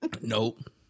Nope